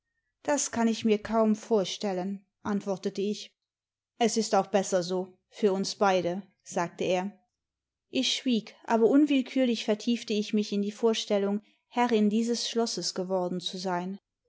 das kann ich mir kaum vorstellen antwortete ich es ist auch besser so für uns beidie sagte er ich schwieg aber unwillkürlich vertiefte ich mich in die vorstellimg herrin dieses schlosses geworden zu sein